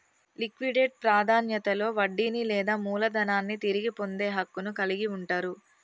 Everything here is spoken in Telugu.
లిక్విడేట్ ప్రాధాన్యతలో వడ్డీని లేదా మూలధనాన్ని తిరిగి పొందే హక్కును కలిగి ఉంటరు